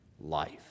life